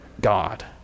God